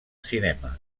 cinema